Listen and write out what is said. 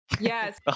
Yes